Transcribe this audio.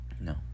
no